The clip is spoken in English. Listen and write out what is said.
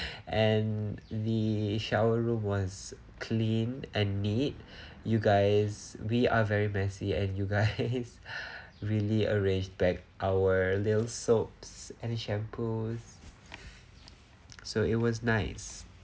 and the shower room was clean and neat you guys we are very messy and you guys really arranged back our little soaps and the shampoos so it was nice